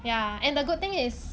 ya and the good thing is